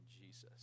Jesus